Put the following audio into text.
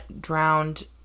drowned